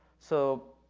so,